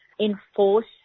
enforce